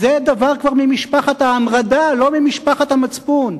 זה דבר כבר ממשפחת ההמרדה, לא ממשפחת המצפון.